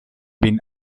been